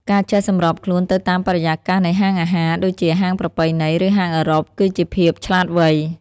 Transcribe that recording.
ការចេះសម្របខ្លួនទៅតាមបរិយាកាសនៃហាងអាហារ ដូចជាហាងប្រពៃណី ឬហាងអឺរ៉ុប គឺជាភាពឆ្លាតវៃ។